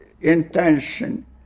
intention